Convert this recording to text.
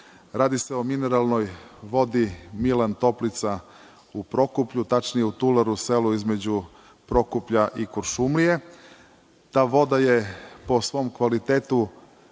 Radi se o mineralnoj vodi Milan Toplica u Prokuplju, tačnije u Tularu, selu između Prokuplja i Kuršumlije. Ta voda je po svom kvalitetu